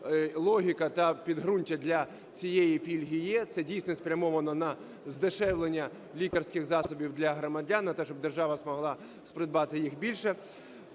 логіка та підґрунтя для цієї пільги є. Це, дійсно, спрямовано на здешевлення лікарських засобів для громадян, на те, щоб держава змогла придбати їх більше.